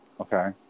okay